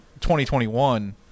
2021